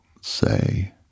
say